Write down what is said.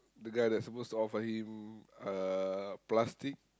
the guy that supposed to offer him uh plastic